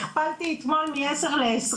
הכפלתי אתמול מ-10 ל-20.